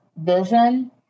vision